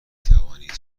توانید